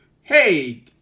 hey